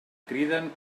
criden